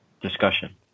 discussion